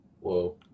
Whoa